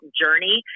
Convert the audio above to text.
journey